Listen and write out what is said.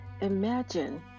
Imagine